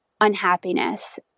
unhappiness